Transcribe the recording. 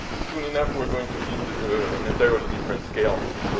soon enough we're going to need an entirely different scale to plot